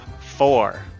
four